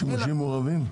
שימושים מעורבים?